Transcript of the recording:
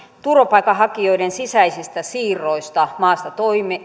turvapaikanhakijoiden sisäiset siirrot maasta toiseen